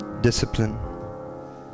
discipline